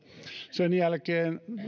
sen jälkeen